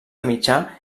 mitjà